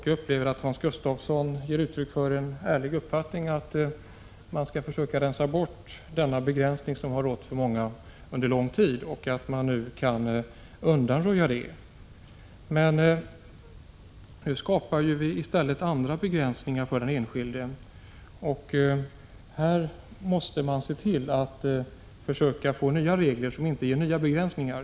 Jag upplever att Hans Gustafsson ger uttryck för en ärlig uppfattning när han säger att man bör rensa bort denna begränsning, som under lång tid har rått för många. Men med det nu föreliggande förslaget skapas andra begränsningar för den enskilde. Här måste man se till att få nya regler, som inte ger nya begränsningar.